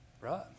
Right